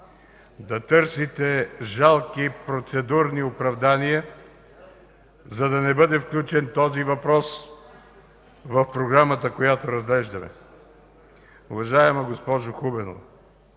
да търсите жалки процедурни оправдания, за да не бъде включен този въпрос в Програмата, която разглеждаме. Уважаема госпожо Хубенова,